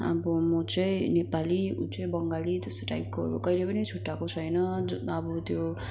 अब म चाहिँ नेपाली उ चाहिँ बङ्गाली त्यस्तो टाइपकोहरू कहिले पनि छुट्टाएको छैन अब त्यो